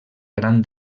gran